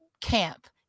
camp